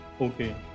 Okay